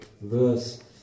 verse